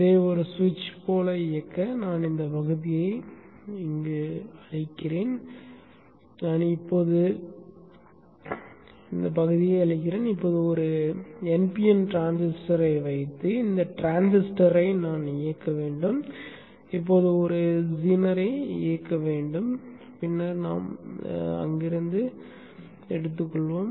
இதை ஒரு சுவிட்ச் போல இயக்க நான் இந்த பகுதியை அழிப்பேன் நான் இங்கே ஒரு பகுதியை அழிப்பேன் இப்போது ஒரு npn டிரான்சிஸ்டரை வைத்து இந்த டிரான்சிஸ்டரை நான் இயக்க வேண்டும் இப்போது ஒரு ஜீனரை இயக்க வேண்டும் பின்னர் நாம் அங்கிருந்து எடுத்துக்கொள்வோம்